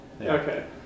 Okay